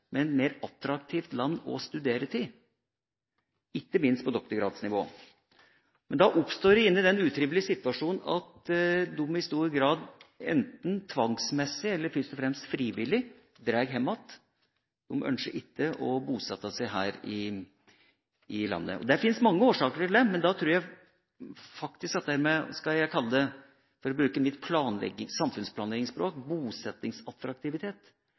men det er et mer attraktivt land å studere i, ikke minst på doktorgradsnivå. Men da oppstår gjerne den utrivelige situasjonen at de i stor grad, enten tvangsmessig eller – først og fremst – frivillig, drar hjem igjen. De ønsker ikke å bosette seg her i landet. Det finnes mange årsaker til det, men jeg tror faktisk det er det jeg skal kalle, med mitt samfunnsplanleggingsspråk, bosettingsattraktivitet